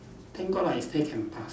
thank god lah I still can pass